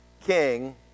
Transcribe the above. king